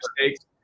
mistakes